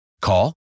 Call